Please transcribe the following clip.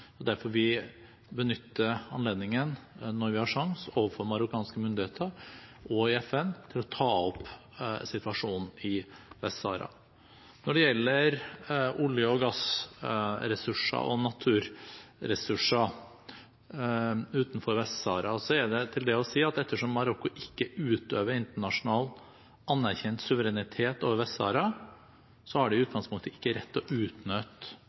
er derfor vi, når vi har sjansen overfor marokkanske myndigheter og i FN, benytter anledningen til å ta opp situasjonen i Vest-Sahara. Om olje- og gassressurser og andre naturressurser utenfor Vest-Sahara er det å si at ettersom Marokko ikke utøver internasjonalt anerkjent suverenitet over Vest-Sahara, har de i utgangspunktet ikke rett til å utnytte